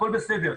הכול בסדר,